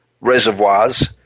reservoirs